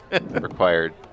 required